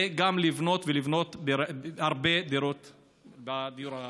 וגם לבנות ולבנות הרבה דירות בדיור הציבורי.